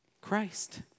Christ